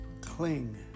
Cling